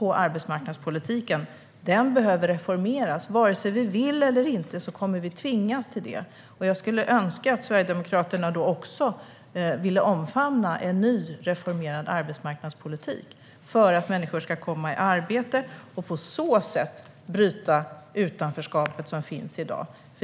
Arbetsmarknadspolitiken behöver reformeras. Vare sig vi vill det eller inte kommer vi att tvingas till det, och jag skulle önska att Sverigedemokraterna då också vill omfamna en ny, reformerad arbetsmarknadspolitik för att människor ska komma i arbete och på så sätt bryta utanförskapet som finns i dag.